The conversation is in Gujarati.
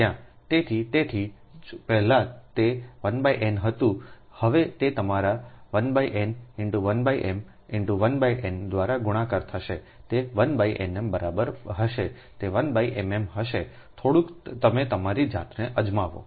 તેથી તેથી જ પહેલા તે 1 n હતું હવે તે તમારા 1 n × 1 m × 1 n દ્વારા ગુણાકાર થશે તે 1 nm બરાબર હશે તે 1 mm હશે થોડુંક તમે તમારી જાતને અજમાવો